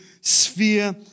sphere